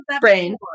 brain